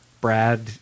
Brad